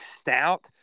stout